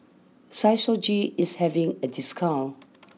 Physiogel is having a discount